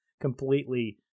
completely